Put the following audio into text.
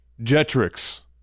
Jetrix